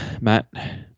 Matt